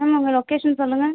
ma'am உங்கள் location சொல்லுங்கள்